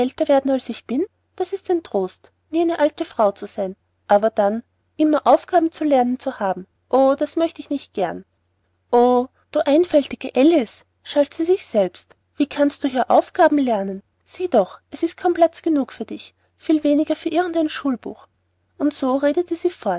werden als ich jetzt bin das ist ein trost nie eine alte frau zu sein aber dann immer aufgaben zu lernen zu haben oh das möchte ich nicht gern o du einfältige alice schalt sie sich selbst wie kannst du hier aufgaben lernen sieh doch es ist kaum platz genug für dich viel weniger für irgend ein schulbuch und so redete sie